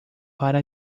para